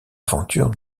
aventure